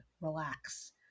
relax